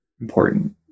important